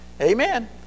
Amen